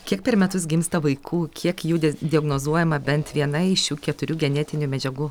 kiek per metus gimsta vaikų kiek jų diagnozuojama bent viena iš šių keturių genetinių medžiagų